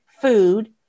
food